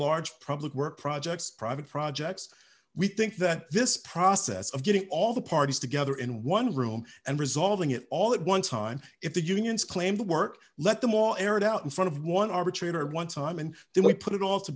large problems work projects private projects we think that this process of getting all the parties together in one room and resolving it all at one time if the unions claim to work let them all aired out in front of one arbitrator one time and then we put it all to